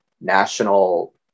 national